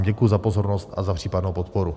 Děkuji za pozornost a za případnou podporu.